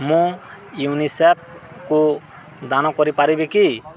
ମୁଁ ୟୁନିସେଫ୍କୁ ଦାନ କରିପାରିବି କି